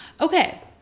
Okay